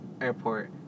airport